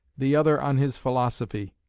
the other on his philosophy.